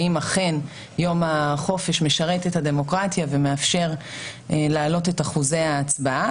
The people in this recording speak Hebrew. האם אכן יום החופש משרת את הדמוקרטיה ומאפשר להעלות את אחוזי ההצבעה.